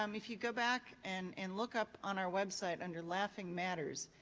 um if you go back and and look up on our website under laughing matters,